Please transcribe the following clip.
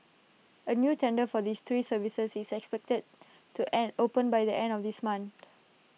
A new tender for the three services is expected to and open by the end of this month